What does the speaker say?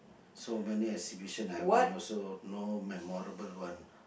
so many exhibition I went also no memorable one